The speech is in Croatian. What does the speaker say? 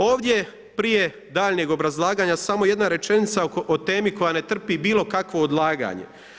Ovdje prije daljnjeg obrazlaganja samo jedna rečenica o temi koja ne trpi bilo kakvo odlaganje.